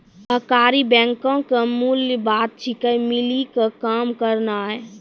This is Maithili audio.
सहकारी बैंको के मूल बात छिकै, मिली के काम करनाय